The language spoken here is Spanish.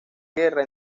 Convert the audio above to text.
guerra